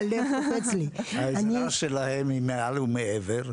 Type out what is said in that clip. העזרה שלהם היא מעל ומעבר.